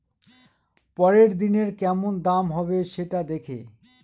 পরের দিনের কেমন দাম হবে, সেটা দেখে